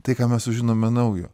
tai ką mes sužinome naujo